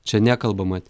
čia nekalbama